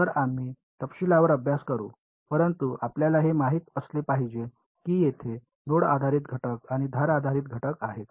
तर आम्ही तपशीलवार अभ्यास करू परंतु आपल्याला हे माहित असले पाहिजे की तेथे नोड आधारित घटक आणि धार आधारित घटक आहेत